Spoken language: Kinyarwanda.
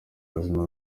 buzima